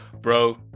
Bro